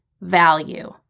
value